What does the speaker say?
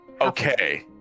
okay